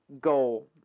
goal